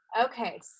Okay